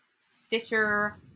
Stitcher